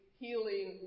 healing